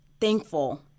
thankful—